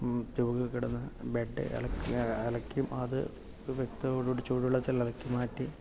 തൂങ്ങി കിടന്ന ബെഡ് അലക്കി അതു വ്യക്തതയോട് കൂടി ചൂടുവെള്ളത്തിൽ ഇളക്കി മാറ്റി